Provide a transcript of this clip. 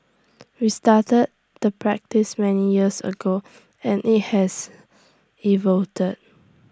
we started the practice many years ago and IT has evolved